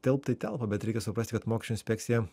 telpt tai telpa bet reikia suprasti kad mokesčių inspekcija